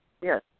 Yes